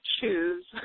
choose